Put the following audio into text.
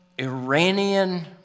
Iranian